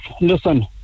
listen